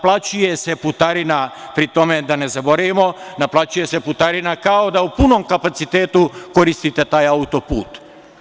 Pri tome, da ne zaboravimo, naplaćuje se putarina kao da u punom kapacitetu koristite taj auto-put.